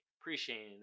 appreciating